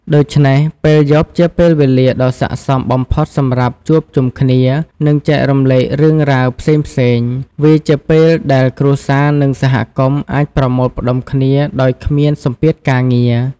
ដូច្នេះ ពេលយប់ជាពេលវេលាដ៏ស័ក្តិសមបំផុតសម្រាប់ជួបជុំគ្នា និងចែករំលែករឿងរ៉ាវផ្សេងៗ វាជាពេលដែលគ្រួសារ និងសហគមន៍អាចប្រមូលផ្ដុំគ្នាដោយគ្មានសម្ពាធការងារ ។